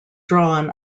drawn